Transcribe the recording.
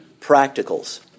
practicals